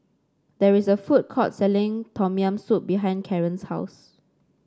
there is a food court selling Tom Yam Soup behind Karen's house